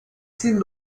sin